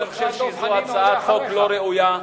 אני חושב שזו הצעת חוק לא ראויה,